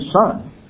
son